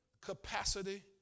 capacity